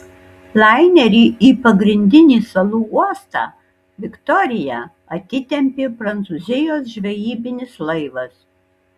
lainerį į pagrindinį salų uostą viktoriją atitempė prancūzijos žvejybinis laivas